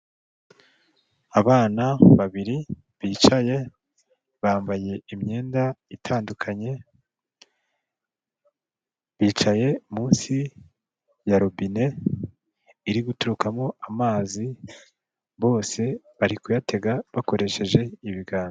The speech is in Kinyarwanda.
Abana babiri bicaye, bambaye imyenda itandukanye, bicaye munsi ya robine iri guturukamo amazi, bose bari kuyatega, bakoresheje ibiganza.